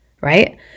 right